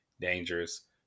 Dangerous